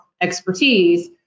expertise